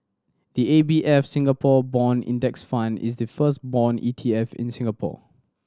the A B F Singapore Bond Index Fund is the first bond E T F in Singapore